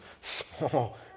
small